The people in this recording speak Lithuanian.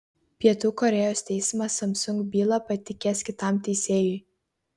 pietų korėjos teismas samsung bylą patikės kitam teisėjui